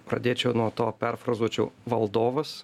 pradėčiau nuo to perfrazuočiau valdovas